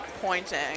Pointing